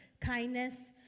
kindness